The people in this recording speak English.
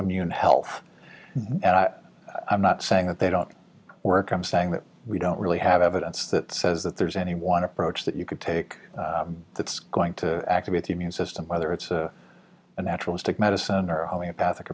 immune health and i'm not saying that they don't work i'm saying that we don't really have evidence that says that there's any one approach that you could take that's going to activate the immune system whether it's a naturalistic medicine or homeopathic